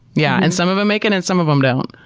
yeah and some of them make it and some of them don't.